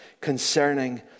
concerning